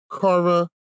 Kara